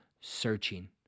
searching